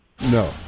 No